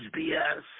BS